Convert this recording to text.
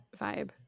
vibe